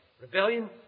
Rebellion